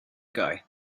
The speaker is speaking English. guy